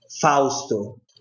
Fausto